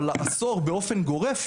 אבל לאסור באופן גורף,